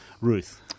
Ruth